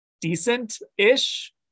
decent-ish